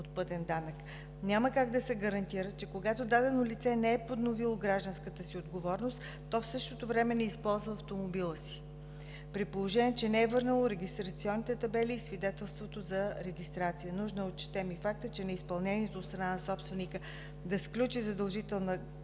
Няма как да се гарантира, че когато дадено лице не е подновило своята „Гражданска отговорност”, в същото време не използва автомобила, при положение че не е върнало регистрационните табели и свидетелството за регистрация. Нужно е да отчетем и факта, че неизпълнението от страна на собственика да сключи задължителна